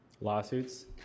Lawsuits